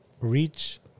reach